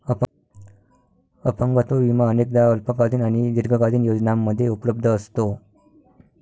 अपंगत्व विमा अनेकदा अल्पकालीन आणि दीर्घकालीन योजनांमध्ये उपलब्ध असतो